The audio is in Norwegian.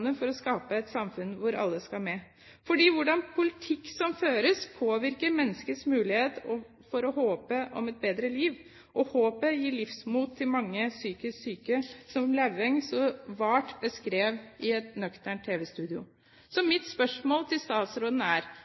for å skape et samfunn hvor alle skal med, fordi hvordan politikken som føres, påvirker menneskets mulighet til å håpe på et bedre liv. Og håpet gir livsmot til mange psykisk syke, som Lauveng så vart beskrev i et nøkternt tv-studio. Mitt spørsmål til statsråden er: